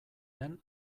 den